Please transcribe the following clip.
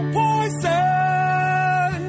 poison